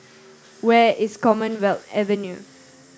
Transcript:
where is Commonwealth Avenue